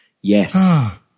Yes